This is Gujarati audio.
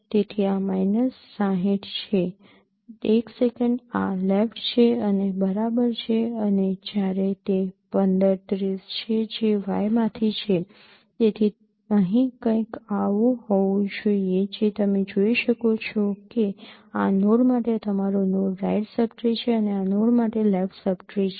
તેથી આ માઈનસ ૬૦ છે એક સેકન્ડ આ લેફ્ટ છે અને આ બરાબર છે અને જ્યારે તે ૧૫ ૩૦ છે જે y માંથી છે તેથી અહીં કંઈક આવું હોવું જોઈએ જે તમે જોઈ શકો છો કે આ નોડ માટે તમારું નોડ રાઇટ સબ ટ્રી છે અને આ નોડ લેફ્ટ સબ ટ્રી છે